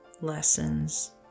lessons